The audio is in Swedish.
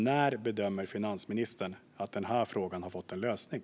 När bedömer finansministern att den här frågan har fått en lösning?